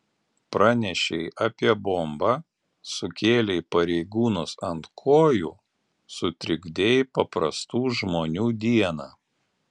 pranešei apie bombą sukėlei pareigūnus ant kojų sutrikdei paprastų žmonių dieną